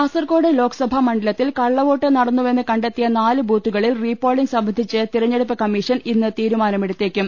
കാസർകോട് ലോക്സഭാ മണ്ഡലത്തിൽ കള്ളവോട്ട് നടന്നു വെന്ന് കണ്ടെത്തിയ നാല് ബൂത്തുകളിൽ റീപോളിംഗ് സംബന്ധിച്ച് തെരഞ്ഞെടുപ്പ് കമ്മീഷൻ ഇന്ന് തീരുമാനമെടുത്തേക്കും